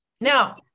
Now